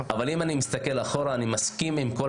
אם אני מסתכל אחורה אני מסכים עם כל